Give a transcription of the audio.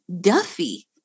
Duffy